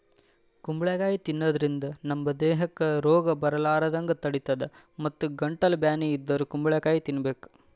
ಕುಂಬಳಕಾಯಿ ತಿನ್ನಾದ್ರಿನ್ದ ನಮ್ ದೇಹಕ್ಕ್ ರೋಗ್ ಬರಲಾರದಂಗ್ ತಡಿತದ್ ಮತ್ತ್ ಗಂಟಲ್ ಬ್ಯಾನಿ ಇದ್ದೋರ್ ಕುಂಬಳಕಾಯಿ ತಿನ್ಬೇಕ್